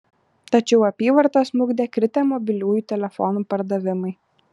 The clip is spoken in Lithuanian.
tačiau apyvartą smukdė kritę mobiliųjų telefonų pardavimai